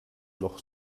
noch